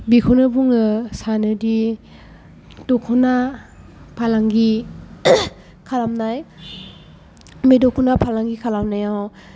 बेखौनो बुङो सानो दि दख'ना फालांगि खालामनाय बे दख'ना फालांगि खालामनायाव